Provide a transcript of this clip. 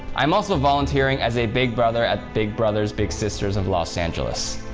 i'm also volunteering as a big brother at big brothers big sisters of los angeles.